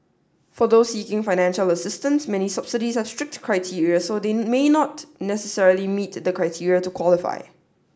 for those seeking financial assistance many subsidies have strict criteria so they may not necessarily meet the criteria to qualify